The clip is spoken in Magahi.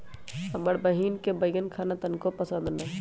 हमर बहिन के बईगन खाना तनको पसंद न हई